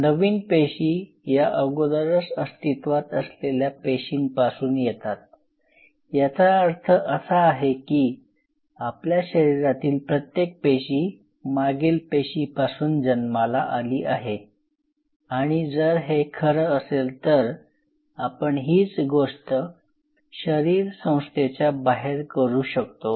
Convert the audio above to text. नवीन पेशी या अगोदरच अस्तित्वात असलेल्या पेशींपासून येतात याचा अर्थ असा आहे की आपल्या शरीरातील प्रत्येक पेशी मागील पेशीपासून जन्माला आली आहे आणि जर हे खरं असेल तर आपण हीच गोष्ट शरिसंस्थेच्या बाहेर करू शकतो